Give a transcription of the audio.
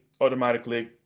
automatically